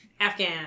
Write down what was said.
Afghan